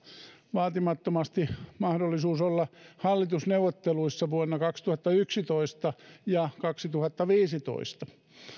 vaatimattomasti mahdollisuus olla hallitusneuvotteluissa vuonna kaksituhattayksitoista ja kaksituhattaviisitoista